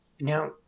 Now